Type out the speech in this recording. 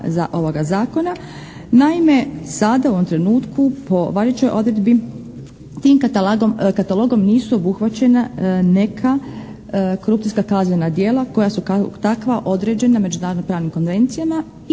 Naime, sada u ovom trenutku po važećoj odredbi tim katalogom nisu obuhvaćena neka korupcijska kaznena djela koja su kao takva određena međunarodnim pravnim konvencijama i koje